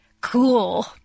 cool